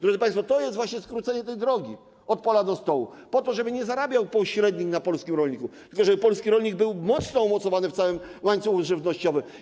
Drodzy państwo, to jest właśnie skrócenie tej drogi od pola do stołu, po to żeby nie zarabiał pośrednik na polskim rolniku, tylko żeby polski rolnik był mocno umocowany w całym łańcuchu żywnościowym.